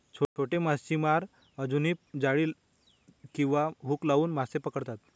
छोटे मच्छीमार अजूनही जाळी किंवा हुक लावून मासे पकडतात